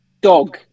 dog